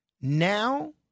Now